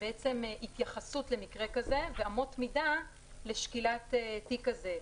התייחסות למקרה כזה ואמות מידה לשקילת תיק כזה.